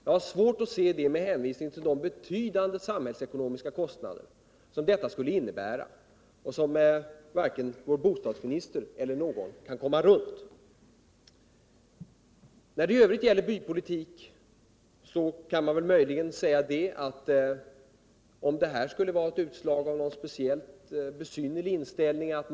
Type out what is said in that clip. Jag har svårt att se det med hänsyn till de betydande samhällsekonomiska kostnader som detta skulle innebära och som varken vår bostadsminister eller någon annan kan komma runt. När det i övrigt gäller bypolitik så kan man väl möjligen säga att om det skulle vara ett utslag av någon speciellt besynnerlig inställning at.